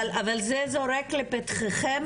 אבל זה זורק לפתחכם,